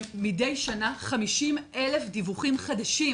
מדי שנה 50,000 דיווחים חדשים